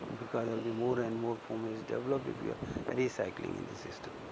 because of the more and more foam is developed if you are and recycling in the system.